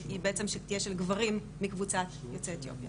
היא בעצם תהיה של גברים מקבוצת יוצאי אתיופיה.